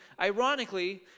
ironically